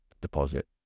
deposit